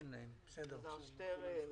אלעזר שטרן,